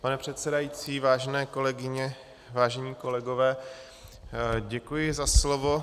Pane předsedající, vážené kolegyně, vážení kolegové, děkuji za slovo.